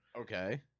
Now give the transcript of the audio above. Okay